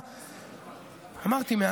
אמרתי,